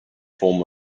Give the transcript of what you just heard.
form